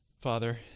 Father